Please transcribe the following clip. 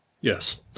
Yes